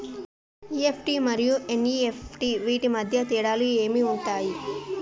EFT మరియు NEFT వీటి మధ్య తేడాలు ఏమి ఉంటాయి?